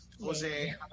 Jose